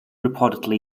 reportedly